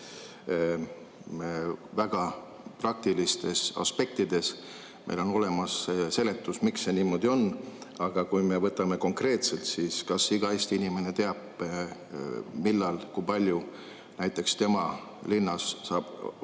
väga praktilistes [küsimustes]. Meil on olemas seletus, miks see niimoodi on. Aga kui me võtame konkreetselt, siis kas iga Eesti inimene teab, millal ja kui palju näiteks tema linnas saab